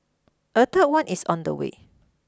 a third one is on the way